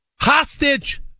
Hostage